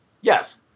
Yes